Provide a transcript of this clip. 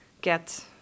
get